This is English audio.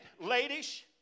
Ladies